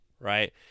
right